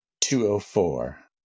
204